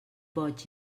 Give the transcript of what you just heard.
boig